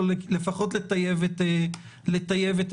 או לפחות לטייב את עמדתם.